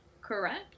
correct